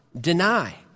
deny